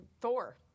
Thor